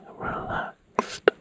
relaxed